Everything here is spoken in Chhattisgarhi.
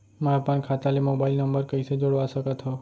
मैं अपन खाता ले मोबाइल नम्बर कइसे जोड़वा सकत हव?